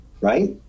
right